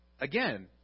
again